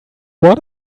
what